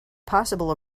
possible